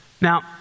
Now